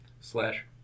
slash